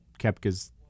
kepka's